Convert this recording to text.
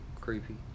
creepy